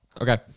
Okay